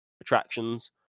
attractions